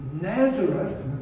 Nazareth